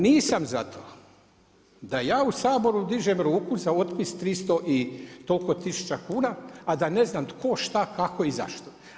Nisam za to da ja u Saboru dižem ruku za otpis 300 i toliko tisuća kuna a da ne znam tko, šta, kako i zašto.